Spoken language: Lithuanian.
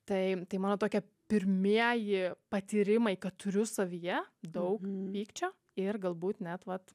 tai tai mano tokie pirmieji patyrimai kad turiu savyje daug pykčio ir galbūt net vat